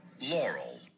Laurel